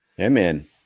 Amen